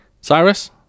Cyrus